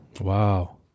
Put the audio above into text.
wow